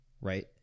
right